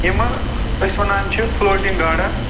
یِم أسۍ وَنان چھِ فُلوٹِنٛگ گارڈٕن